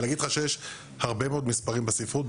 אבל להגיד לך שיש הרבה מאוד מספרים בספרות?